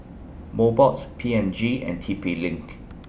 Mobots P and G and T P LINK